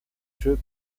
jeux